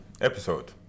episode